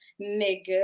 nigga